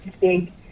big